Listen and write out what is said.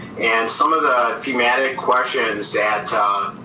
and some of the thematic questions that